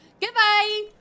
Goodbye